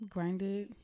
Grinded